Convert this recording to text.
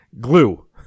glue